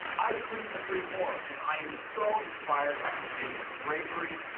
i couldn't agree more and i am so inspired by semenya's bravery,